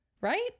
right